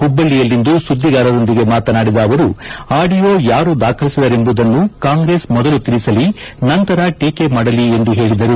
ಹುಬ್ಲಣ್ಣಿಯಲ್ಲಿಂದು ಸುದ್ಗಿಗಾರರೊಂದಿಗೆ ಮಾತನಾಡಿದ ಅವರು ಆಡಿಯೊ ಯಾರು ದಾಖಲಿಸಿದರೆಂಬುದನ್ನು ಕಾಂಗ್ರೆಸ್ ಮೊದಲು ತಿಳಿಸಲಿ ನಂತರ ಟೀಕೆ ಮಾಡಲಿ ಎಂದು ಹೇಳಿದರು